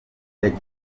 ushaka